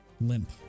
limp